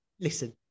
listen